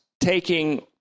taking